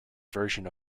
version